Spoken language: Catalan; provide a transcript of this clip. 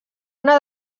una